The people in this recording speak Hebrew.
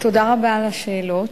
תודה רבה על השאלות.